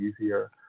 easier